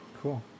Cool